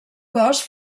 cos